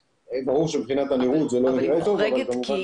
ברור שזה לא נראה טוב, אבל זה אפשרי.